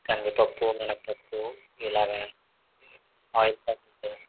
కందిపప్పు మినపప్పు ఇలాగ ఆయిల్ ప్యాకెటు